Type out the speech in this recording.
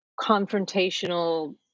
confrontational